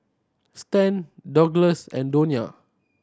Stan Douglass and Donia